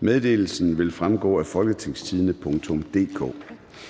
Meddelelsen vil fremgå af www.folketingstidende.dk